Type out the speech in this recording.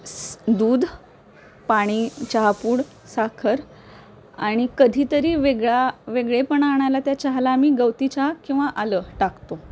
स दूध पाणी चहापूड साखर आणि कधीतरी वेगळा वेगळेपणा आणायला त्या चहाला आम्ही गवती चहा किंवा आलं टाकतो